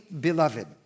beloved